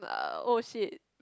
uh oh shit